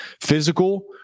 physical